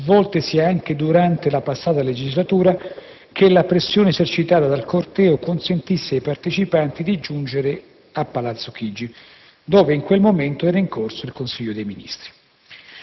svoltesi anche durante la passata legislatura, che la pressione esercitata dal corteo consentisse ai partecipanti di giungere a Palazzo Chigi, dove in quel momento era in corso il Consiglio dei ministri.